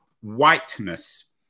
whiteness